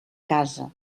casa